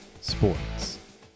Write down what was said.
Sports